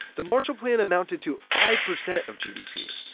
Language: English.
the marshall plan amounted to five percent of gdp.